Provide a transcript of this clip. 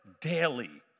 daily